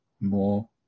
more